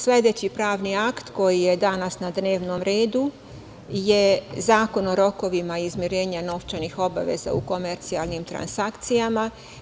Sledeći pravni akt koji je danas na dnevnom redu je Zakon o rokovima izmirenja novčanih obaveza u komercijalnim transakcijama.